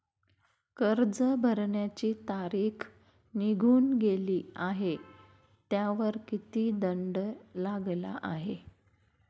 कर्ज भरण्याची तारीख निघून गेली आहे त्यावर किती दंड लागला आहे?